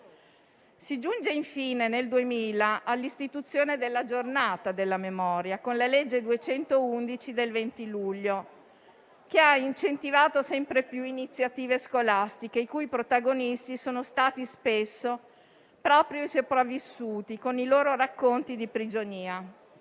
Si giunge infine nel 2000 all'istituzione del Giorno della Memoria, con la legge n. 211 del 2000, che ha incentivato sempre più iniziative scolastiche, i cui protagonisti sono stati spesso proprio i sopravvissuti con i loro racconti di prigionia.